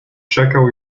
czekał